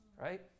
right